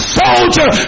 soldier